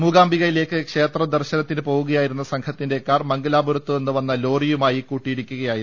മൂ കാംബികയിലേക്ക് ക്ഷേത്രദർശനത്തിന് പോവുകയായിരുന്ന സംഘത്തിന്റെ കാർ മംഗലാപുരത്ത് നിന്ന് വന്ന ലോറിയുമായി കൂട്ടിയിടിക്കുകയായിരുന്നു